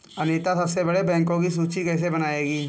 अनीता सबसे बड़े बैंकों की सूची कैसे बनायेगी?